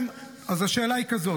אז השאלה היא כזאת: